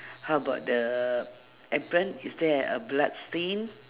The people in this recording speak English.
how about the apron is there a blood stain